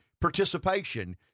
participation